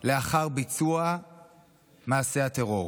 לאחר ביצוע מעשה הטרור.